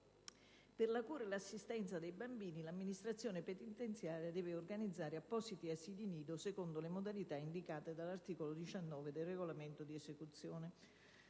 Per la cura e l'assistenza dei bambini l'amministrazione penitenziaria deve organizzare appositi asili nido secondo le modalità indicate dall'articolo 19 del regolamento di esecuzione,